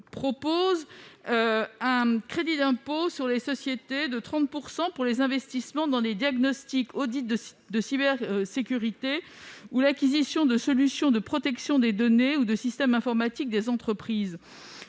de 30 % à l'impôt sur les sociétés pour les investissements dans des diagnostics d'audit de cybersécurité ou l'acquisition de solutions de protection des données ou du système informatique des entreprises.